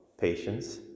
patience